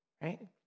right